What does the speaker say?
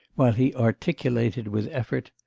while he articulated with effort,